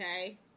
okay